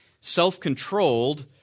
self-controlled